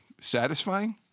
Satisfying